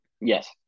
yes